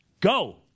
Go